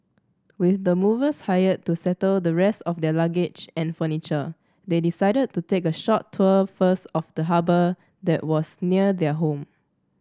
with the movers hired to settle the rest of their luggage and furniture they decided to take a short tour first of the harbour that was near their home